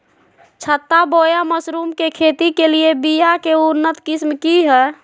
छत्ता बोया मशरूम के खेती के लिए बिया के उन्नत किस्म की हैं?